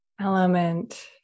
element